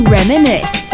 Reminisce